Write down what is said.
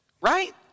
Right